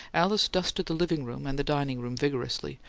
alice dusted the living-room and the dining-room vigorously,